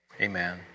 Amen